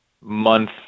month